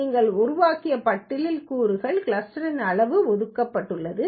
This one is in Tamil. நீங்கள் உருவாக்கிய பட்டியலின் கூறுகளில் கிளஸ்டரின் அளவு ஒதுக்கப்பட்டுள்ளது